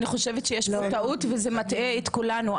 אני חושבת שיש פה טעות, וזה מטעה את כולנו.